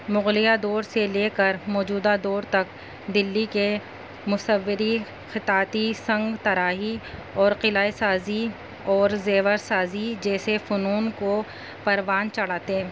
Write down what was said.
مغلیہ دور سے لے کر موجودہ دور تک دلی کے مصوری خطاطی سنگ تراشی اور قلعۂِ سازی اور زیور سازی جیسے فنون کو پروان چڑھاتے